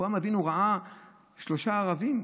אברהם אבינו ראה שלושה ערבים,